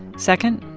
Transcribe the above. second,